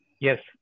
Yes